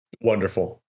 Wonderful